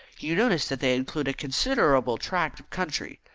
you notice that they include a considerable tract of country.